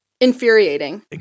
Infuriating